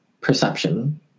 perception